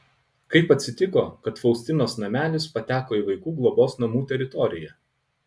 kaip atsitiko kad faustinos namelis pateko į vaikų globos namų teritoriją